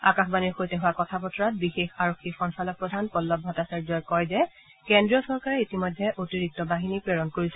আকাশবাণীৰ সৈতে হোৱা কথা বতৰাত বিশেষ আৰক্ষী সঞ্চালক প্ৰধান পল্লৱ ভট্টাচাৰ্যাই কয় যে কেন্দ্ৰীয় চৰকাৰে ইতিমধ্যে অতিৰিক্ত বাহিনী প্ৰেৰণ কৰিছে